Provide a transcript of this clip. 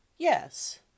Yes